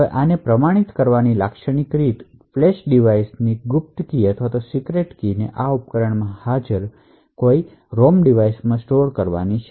હવે આને પ્રમાણિત કરવાની લાક્ષણિક રીત ફ્લેશ ડિવાઇસ માં અથવા આ ઉપકરણમાં હાજર કોઈ રોમ ડિવાઇસ માં સીક્રેટકી સ્ટોર કરવાની છે